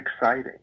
exciting